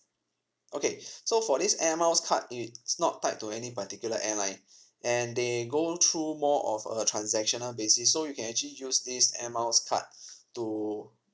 okay so for this air miles card it's not tied to any particular airline and they go through more of a transactional basis so you can actually use this air miles card to